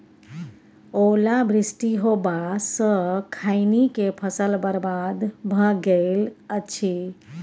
ओला वृष्टी होबा स खैनी के फसल बर्बाद भ गेल अछि?